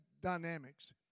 dynamics